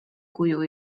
kuju